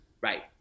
right